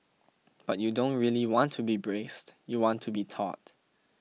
but you don't really want to be braced you want to be taut